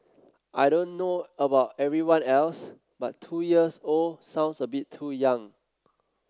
I don't know about everyone else but two years old sounds a bit too young